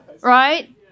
right